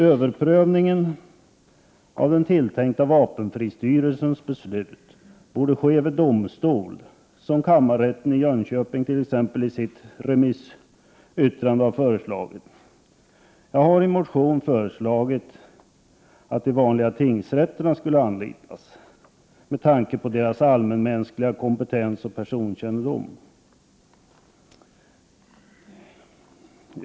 Överprövningen av den tilltänkta vapenfristyrelsens beslut borde ske vid domstol, som t.ex. kammarrätten i Jönköping har sagt i sitt remissyttrande. Jag har i motion föreslagit att de vanliga tingsrätterna skulle anlitas, med tanke på deras allmänmänskliga kompetens och personkännedom.